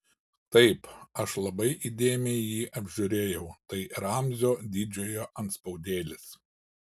taip aš labai įdėmiai jį apžiūrėjau tai ramzio didžiojo antspaudėlis